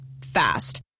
Fast